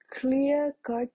clear-cut